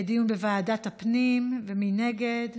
לסדר-היום לדיון בוועדת הפנים ומי נגד?